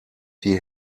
die